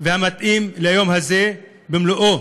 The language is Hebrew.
והמתאים ליום הזה במלואו.